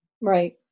Right